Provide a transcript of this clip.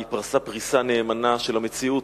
היא פרסה פריסה נאמנה של המציאות,